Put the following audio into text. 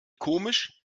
komisch